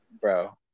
Bro